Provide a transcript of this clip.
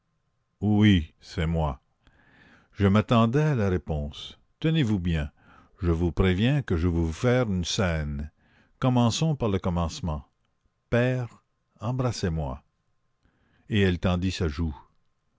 ici oui c'est moi je m'attendais à la réponse tenez-vous bien je vous préviens que je vais vous faire une scène commençons par le commencement père embrassez-moi et elle tendit sa joue